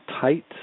tight